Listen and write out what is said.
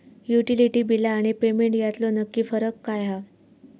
Utility बिला आणि payment यातलो नक्की फरक काय हा?